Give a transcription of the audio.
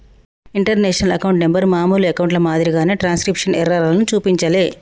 international account number మామూలు అకౌంట్ల మాదిరిగా ట్రాన్స్క్రిప్షన్ ఎర్రర్లను చూపించలే